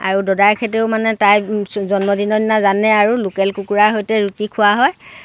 আৰু দদায়েকহঁঁতেও মানে তাইৰ জন্মদিনৰ দিনা জানে আৰু লোকেল কুকুৰাৰ সৈতে ৰুটি খোৱা হয়